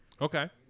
Okay